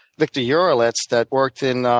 victor yurelitz, that worked in